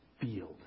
field